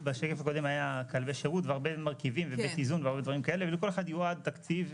בשקף הקודם היה כלבי שירות והרבה מרכיבים ולכל אחד יועד תקציב.